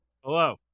Hello